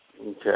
Okay